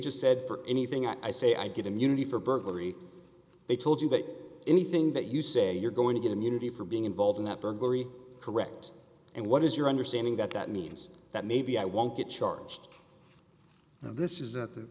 just said for anything i say i get immunity for burglary they told you that anything that you say you're going to get immunity for being involved in that burglary correct and what is your understanding that that means that maybe i won't get charged this is